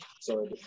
sorry